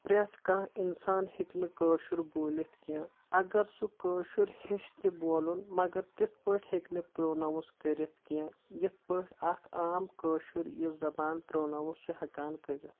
پرٮ۪تھ کانٛہہ انسان ہیٚکہِ نہٕ کٲشُر بولِتھ کینٛہہ اگر سُہ کٲشُر ہیٚچھہِ تہِ بولُن مگر تتھ پٲٹھۍ ہیٚکہِ نہٕ پرونوُس کٔرِتھ کینٛہہ یتھ پٲٹھۍ اکھ عام کٲشُرت یہِ زبان پرونوُس چھُ ہیٚکان کٔرِتھ